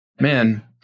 Man